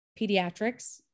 Pediatrics